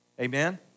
Amen